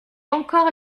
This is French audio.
encore